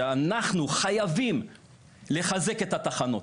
שאנחנו חייבים לחזק את התחנות.